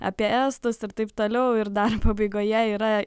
apie estus ir taip toliau ir dar pabaigoje yra